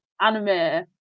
anime